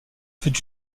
fut